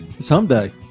Someday